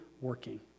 working